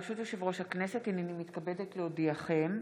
ברשות יושב-ראש הכנסת, הינני מתכבדת להודיעכם,